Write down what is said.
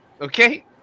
okay